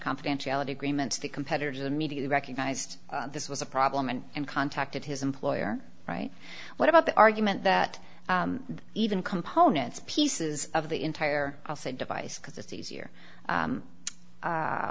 confidentiality agreements the competitors immediately recognized this was a problem and and contacted his employer right what about the argument that even components pieces of the entire i'll say device because it's easier